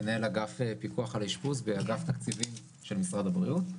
מנהל אגף פיקוח על האשפוז באגף תקציבים של משרד הבריאות.